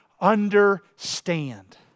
understand